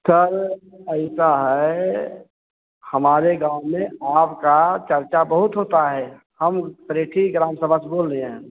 sir ऐसा है हमारे गाँव में आपका चर्चा बहुत होता है हम सरेठी ग्रामसभा से बोल रहें हैं